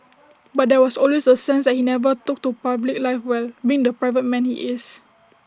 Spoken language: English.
but there was always the sense that he never took to public life well being the private man he is